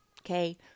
Okay